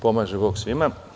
Pomaže Bog svima!